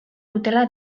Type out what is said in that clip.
dutela